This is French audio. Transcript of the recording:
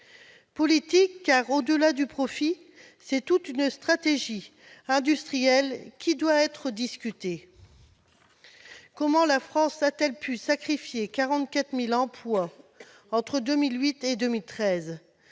ensuite, car, au-delà du profit, c'est toute une stratégie industrielle qui doit être discutée. Comment la France a-t-elle pu sacrifier 44 000 emplois entre 2008 et 2013,